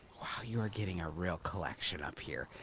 you are getting a real collection up here.